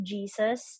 Jesus